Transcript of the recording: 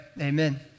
Amen